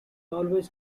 always